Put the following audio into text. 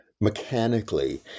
mechanically